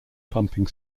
pumping